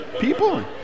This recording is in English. people